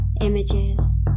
images